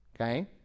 Okay